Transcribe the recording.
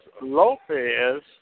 Lopez